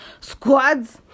squads